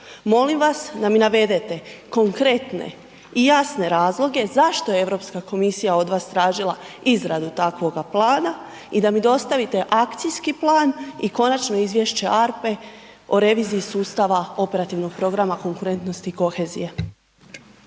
Molim vas da mi navedete konkretne i jasne razloge zašto EU komisija od vas tražila izradu takvoga plana i da mi dostavite akcijski plan i konačno izvješće ARPA-e o reviziji sustava Operativnog programa konkurentnost i kohezija.